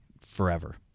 forever